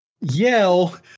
Yell